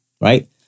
right